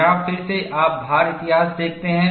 यहाँ फिर से आप भार इतिहास देखते हैं